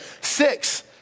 six